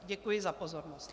Děkuji za pozornost.